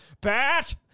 Bat